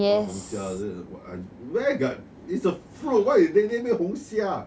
what 红虾 is it is what where got is a fruit why did that name it 红虾